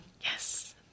Yes